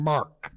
Mark